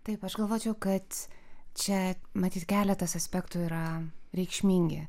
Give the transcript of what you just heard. tai aš galvočiau kad čia matyt keletas aspektų yra reikšmingi